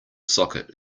socket